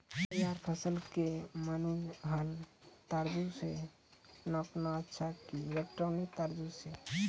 तैयार फसल के मेनुअल तराजु से नापना अच्छा कि इलेक्ट्रॉनिक तराजु से?